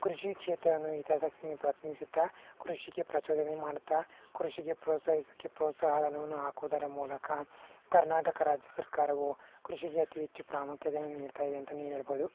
ಕೃಷಿ ಕ್ಷೇತ್ರವನ್ನು ಹಿತಾಸಕ್ತಿಯನ್ನು ಪ್ರತಿನಿಧಿಸುತ್ತಾ ಕೃಷಿಗೆ ಪ್ರಚೋದನೆ ಮಾಡ್ತಾ ಕೃಷಿಗೆ ಪ್ರೋತ್ಸಾಹಿಸೋಕೆ ಪ್ರೋತ್ಸಾಹ ಧನವನ್ನು ಹಾಕುವುದರ ಮೂಲಕ ಕರ್ನಾಟಕ ರಾಜ್ಯ ಸರ್ಕಾರವು ಕೃಷಿಗೆ ಅತಿ ಹೆಚ್ಚು ಪ್ರಾಮುಖ್ಯತೆಯನ್ನು ನೀಡ್ತಾಯಿದೆ ಅಂತಲೇ ಹೇಳ್ಬೋದು